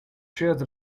shares